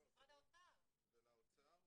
לא של משרד המשפטים, זה משרד האוצר.